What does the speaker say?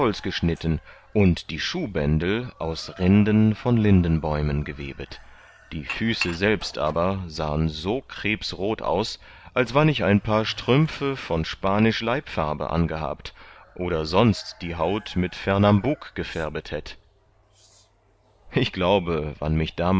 geschnitten und die schuhbändel aus rinden von lindenbäumen gewebet die füße selbst aber sahen so krebsrot aus als wann ich ein paar strümpfe von spanisch leibfarbe angehabt oder sonst die haut mit fernambuk gefärbet hätt ich glaube wann mich